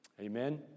Amen